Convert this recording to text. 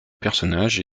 personnage